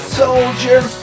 soldier